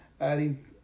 adding